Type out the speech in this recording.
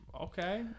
Okay